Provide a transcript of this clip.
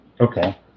Okay